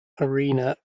arena